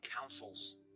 councils